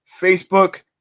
facebook